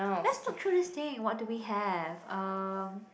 let's look through this thing what do we have um